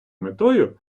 метою